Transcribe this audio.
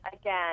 again